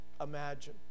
imagine